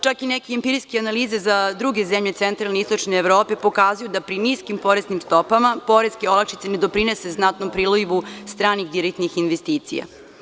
Čak i neke empirijske analize za druge zemlje centralne i istočne Evrope pokazuju da pri niskim poreskim stopama poreske olakšice ne doprinese znatnom prilivu stranih direktnih investicija.